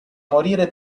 morire